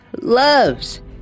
loves